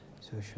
social